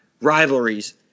Rivalries